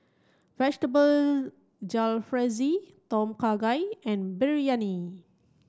Vegetable Jalfrezi Tom Kha Gai and Biryani